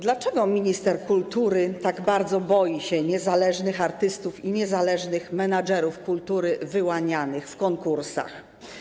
Dlaczego minister kultury tak bardzo boi się niezależnych artystów i niezależnych menedżerów kultury wyłanianych w konkursach?